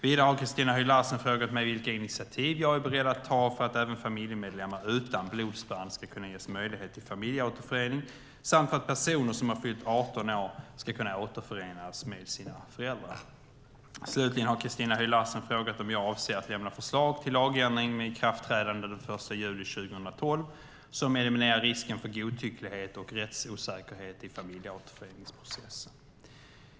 Vidare har Christina Höj Larsen frågat mig vilka initiativ jag är beredd att ta för att även familjemedlemmar utan blodsband ska kunna ges möjlighet till familjeåterförening samt för att personer som har fyllt 18 år ska kunna återförenas med sina föräldrar. Slutligen har Christina Höj Larsen frågat om jag avser att lämna förslag till lagändring, med ikraftträdande den 1 juni 2012, som eliminerar risken för godtycklighet och rättsosäkerhet i familjeåterföreningsprocessen.